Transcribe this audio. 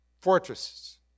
fortresses